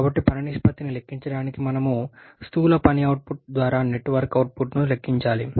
కాబట్టి పని నిష్పత్తిని లెక్కించడానికి మేము స్థూల పని అవుట్పుట్ ద్వారా నెట్ వర్క్ అవుట్పుట్ను లెక్కించాలి